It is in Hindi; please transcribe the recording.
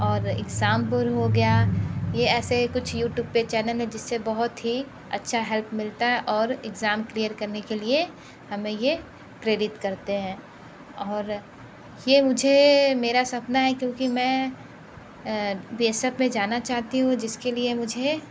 और एग्जाम पुर हो गया ये ऐसे कुछ यूट्यूब पर चैनल हैं जिस से बहुत ही अच्छा हेल्प मिलता है और एग्जाम क्लियर करने के लिए हमें यह प्रेरित करते हैं और ये मुझे मेरा सपना है क्योंकि मैं बी एस एफ़ में जाना चाहती हूँ जिस के लिए मुझे